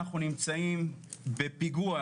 אנחנו נמצאים בפיגוע,